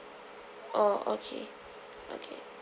oh okay okay